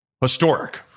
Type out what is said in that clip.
Historic